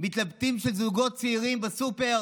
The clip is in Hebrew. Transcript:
זוגות צעירים מתלבטים בסופר